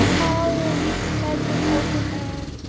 all in the pleasant open air,